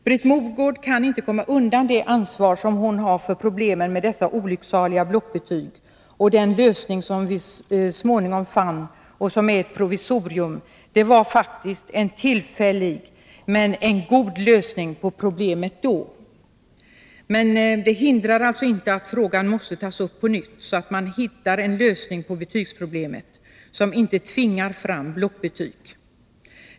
Britt Mogård kan inte komma undan det ansvar som hon har för problemen med dessa olycksaliga blockbetyg. Den lösning som vi så småningom fann är ett provisorium. Det var faktiskt en tillfällig men god lösning på problemet då. Men det hindrar inte att frågan tas upp på nytt, så att man kan hitta en lösning på betygsproblemet som inte tvingar fram blockbetyg.